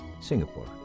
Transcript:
Singapore